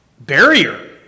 barrier